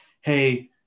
hey